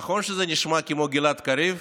נכון שזה נשמע כמו גלעד קריב,